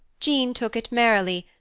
jean took it merrily,